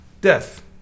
Death